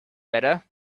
better